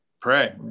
pray